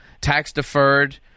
tax-deferred